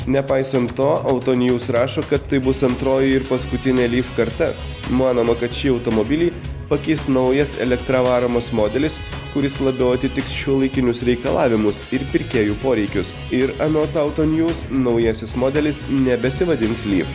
nepaisant to auto news rašo kad tai bus antroji ir paskutinė lyv karta manoma kad šį automobilį pakeis naujas elektra varomas modelis kuris labiau atitiks šiuolaikinius reikalavimus ir pirkėjų poreikius ir anot auto news naujasis modelis nebesivadins lyv